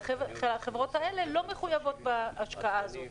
והחברות האלה לא מחויבות בהשקעה הזאת.